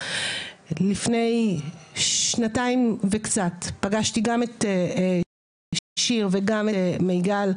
לפני שנתיים וקצת פגשתי גם את שיר וגם את מיגל,